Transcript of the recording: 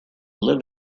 live